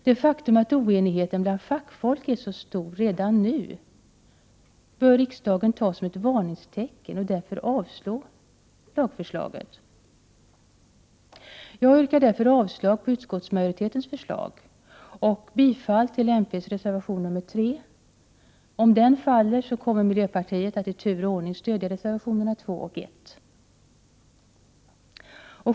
Det faktum att oenigheten bland fackfolk är så stor redan nu, bör riksdagen ta som ett varningstecken och därför avslå lagförslaget. Jag yrkar därför avslag på utskottsmajoritetens förslag och bifall till mp:s reservation nr 3. Om den faller kommer miljöpartiet att i tur och ordning stödja reservationerna 2 och 1.